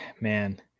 man –